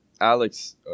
Alex